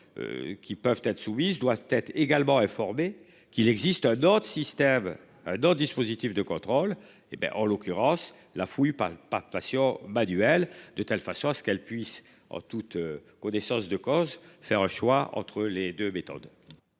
Qui peuvent être soumises doit être également réformer qu'il existe un autre système d'un dispositif de contrôle. Hé ben en l'occurrence la fouille pas palpation. Manuelle de telle façon à ce qu'elle puisse en toute connaissance de cause. C'est un choix entre les deux méthodes.